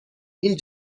این